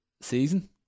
season